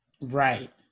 Right